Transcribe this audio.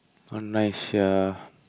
not nice sia